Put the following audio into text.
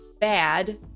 bad